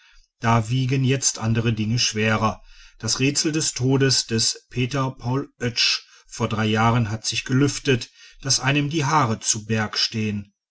da wiegen jetzt andere dinge schwerer das rätsel des todes des peter paul oetsch vor drei jahren hat sich gelüftet daß einem die haare zu berg stehen